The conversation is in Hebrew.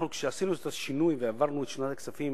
כשעשינו את השינוי והעברנו את שנת הכספים